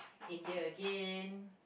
India again